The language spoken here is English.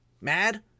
Mad